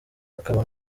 akaba